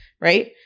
right